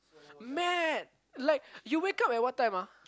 mad like you wake up at what time ah